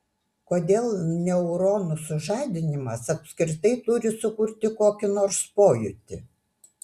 kodėl neuronų sužadinimas apskritai turi sukurti kokį nors pojūtį